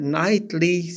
nightly